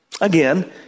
again